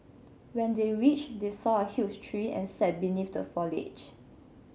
when they reached they saw a huge tree and sat beneath the foliage